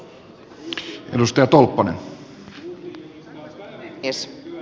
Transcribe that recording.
arvoisa puhemies